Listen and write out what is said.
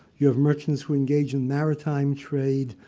you have merchants who engage in maritime trade.